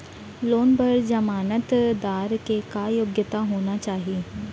Loan बर जमानतदार के का योग्यता होना चाही?